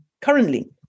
currently